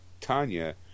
Tanya